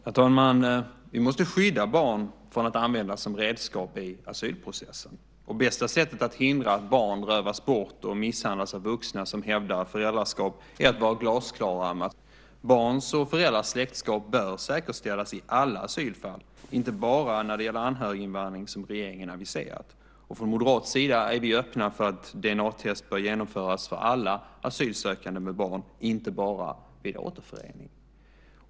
Herr talman! Vi måste skydda barn från att användas som redskap i asylprocessen. Bästa sättet att hindra att barn rövas bort och misshandlas av vuxna som hävdar ett föräldraskap är att vara glasklara med att sådant inte lönar sig i vårt land. Barns och föräldrars släktskap bör säkerställas i alla asylfall, inte bara när det gäller anhöriginvandring som regeringen har aviserat. Från moderat sida är vi öppna för att DNA-test bör genomföras för alla asylsökande med barn, inte bara vid återförening.